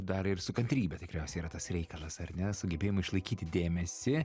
dar ir su kantrybe tikriausiai yra tas reikalas ar ne sugebėjimu išlaikyti dėmesį